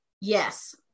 Yes